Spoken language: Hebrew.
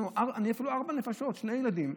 אני, יש לנו ארבע נפשות, שני ילדים,